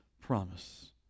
promise